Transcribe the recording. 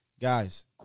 Guys